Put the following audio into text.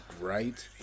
great